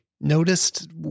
noticed